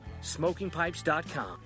SmokingPipes.com